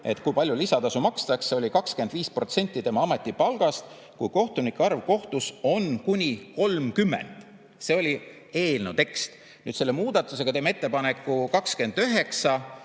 et kui palju lisatasu makstakse. Oli: "25% tema ametipalgast, kui kohtunike arv kohtus on kuni 30". See oli eelnõu tekst. Nüüd selle muudatusega teeme ettepaneku